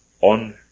on